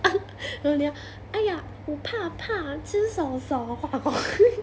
你懂你懂 !aiya! 我怕怕